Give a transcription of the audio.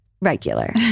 Regular